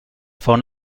fon